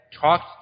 talked